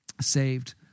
saved